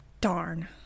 Darn